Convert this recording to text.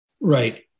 Right